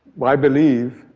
but i believe,